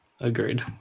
Agreed